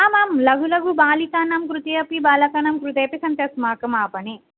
आमां लघु लघु बालिकानां कृते अपि बालकानां कृते अपि सन्ति अस्माकम् आपणे